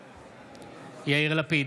בעד יאיר לפיד,